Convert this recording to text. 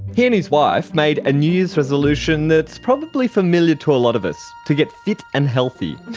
he and his wife made a new year's resolution that's probably familiar to a lot of us to get fit and healthy.